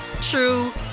true